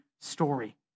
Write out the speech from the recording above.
story